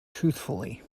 truthfully